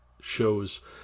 shows